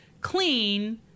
clean